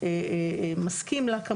ומסכים לה.